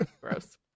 Gross